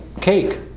cake